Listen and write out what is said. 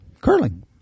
curling